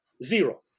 Zero